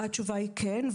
התשובה היא כן,